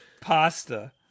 Pasta